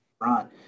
run